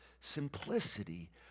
simplicity